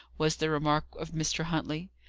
was the remark of mr. huntley.